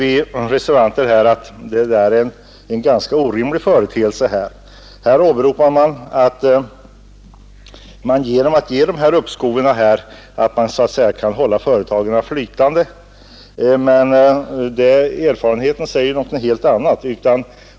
Reservanterna anser att detta är orimligt. Här åberopas, att man genom att ge uppskov kan hålla företagen flytande, men erfarenheten säger något helt annat.